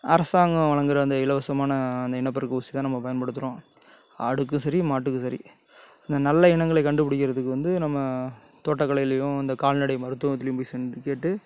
அரசாங்கம் வழங்கற அந்த இலவசமான அந்த இனப்பெருக்க ஊசி தான் நம்ம பயன்படுத்துறோம் ஆடுக்கு சரி மாட்டுக்கும் சரி இந்த நல்ல இனங்களை கண்டுப்புடிக்கிறதுக்கு வந்து நம்ம தோட்டக்கலைலியும் இந்த கால்நடை மருத்துவத்துலியும் போய் சென்று கேட்டு